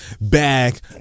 back